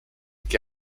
che